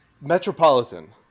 Metropolitan